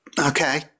Okay